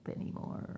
anymore